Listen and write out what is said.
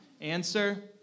Answer